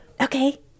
Okay